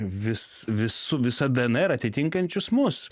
vis visų visa d en er atitinkančius mus